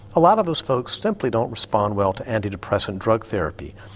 a lot of those folks simply don't respond well to anti-depressant drug therapy.